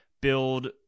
build